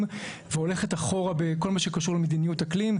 והולכת אחורה בכל מה שקשור למדיניות אקלים.